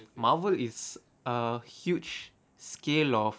Marvel is uh huge scale of